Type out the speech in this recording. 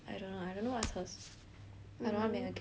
I don't want to medicare that's like so dickhead